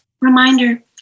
reminder